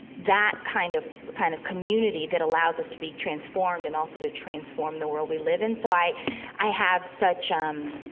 that kind of kind of community that allows us to be transformed and also to transform the world we live in so, i i have such, um,